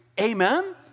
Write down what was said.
amen